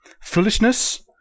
Foolishness